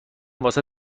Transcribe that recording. واست